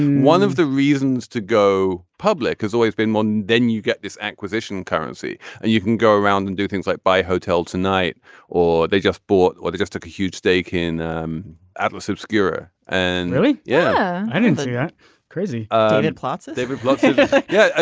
one of the reasons to go public has always been one. then you get this acquisition currency and you can go around and do things like buy hotel tonight or they just bought or they just took a huge stake in um atlas obscura and really. yeah. i didn't get yeah crazy and plots. david blunkett yeah.